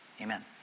amen